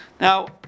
Now